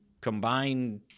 combined